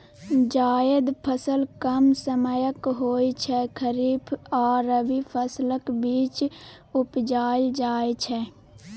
जाएद फसल कम समयक होइ छै खरीफ आ रबी फसलक बीच उपजाएल जाइ छै